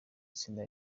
itsinda